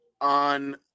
on